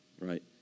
right